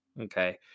Okay